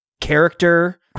character